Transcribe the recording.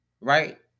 Right